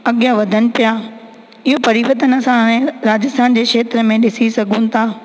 अॻियां वधन पिया इहो परिवर्तन असां हाणे राजस्थान जे खेत्र में ॾिसी सघूं था